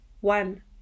one